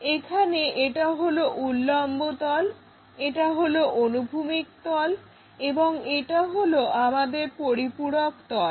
এখানে এটা হলো উল্লম্ব তল এটা হলো অনুভূমিক তল এবং এটা হলো আমাদের পরিপূরক তল